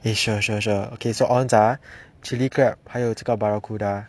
eh sure sure sure okay so onz ah chilli crab 还有这个 barracuda